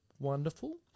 Wonderful